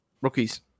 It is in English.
Rookies